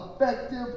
effective